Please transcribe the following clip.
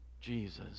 Jesus